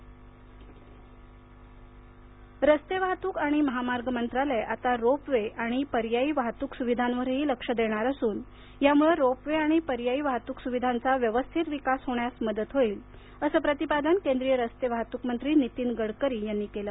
गडकरी रस्ते वाहतूक आणि महामार्ग मंत्रालय आता रोप वे आणि पर्यायी वाहतूक सुविधांवरही लक्ष देणार असून यामूळं रोपवे आणि पर्यायी वाहतूक सुविधांचा व्यवस्थित विकास होण्यास मदत होईल असं प्रतिपादन केंद्रीय रस्ते वाहतूक मंत्री नितीन गडकरी यांनी सांगितलं